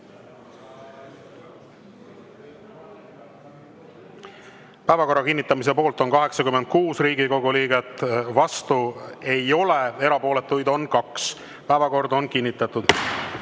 Päevakorra kinnitamise poolt on 86 Riigikogu liiget, vastu ei ole [keegi], erapooletuid on 2. Päevakord on kinnitatud.